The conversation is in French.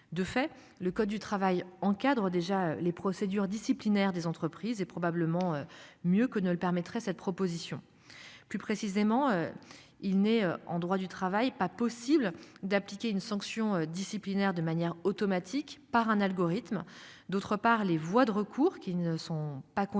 De fait, le code du travail encadre déjà les procédures disciplinaires des entreprises et probablement mieux que ne le permettrait cette proposition plus précisément. Il n'est en droit du travail. Pas possible d'appliquer une sanction disciplinaire de manière automatique par un algorithme, d'autre part les voies de recours qui ne sont pas conditionner.